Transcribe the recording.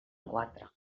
quatre